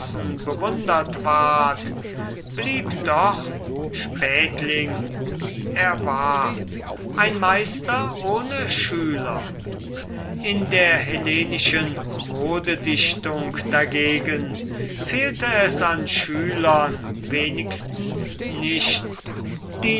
bewundert ward blieb doch spätling wie er war ein meister ohne schüler in der hellenischen modedichtung dagegen fehlte es an schülern wenigstens nicht